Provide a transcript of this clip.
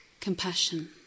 compassion